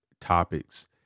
topics